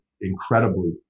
incredibly